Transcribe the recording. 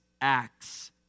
acts